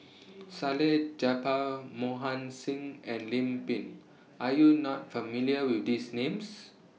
Salleh Japar Mohan Singh and Lim Pin Are YOU not familiar with These Names